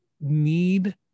need